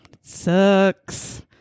Sucks